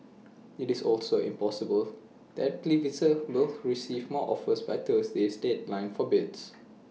it's also possible that Pfizer will receive more offers by Thursday's deadline for bids